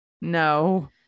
No